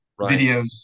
videos